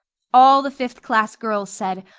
all the fifth-class girls said,